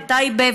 טייבה,